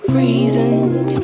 reasons